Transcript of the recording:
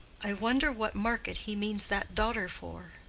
i wonder what market he means that daughter for